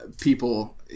people